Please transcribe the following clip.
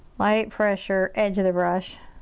light pressure, edge of the brush.